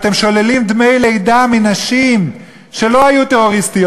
אתם שוללים דמי לידה מנשים שלא היו טרוריסטיות.